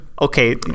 Okay